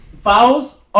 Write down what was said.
fouls